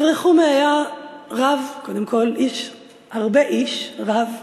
רב רחומי היה רב, הרבה איש, רב,